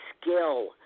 skill